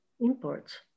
imports